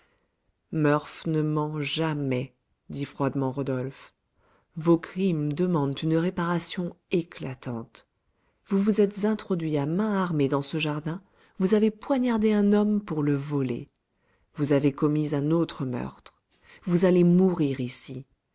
murph ne ment jamais dit froidement rodolphe vos crimes demandent une réparation éclatante vous vous êtes introduit à main armée dans ce jardin vous avez poignardé un homme pour le voler vous avez commis un autre meurtre vous allez mourir ici